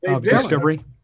Discovery